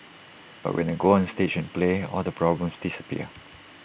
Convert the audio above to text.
but when I go onstage and play all the problems disappear